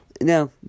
Now